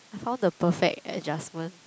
I found the perfect adjustment